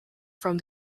from